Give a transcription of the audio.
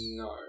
No